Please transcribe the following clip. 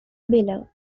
below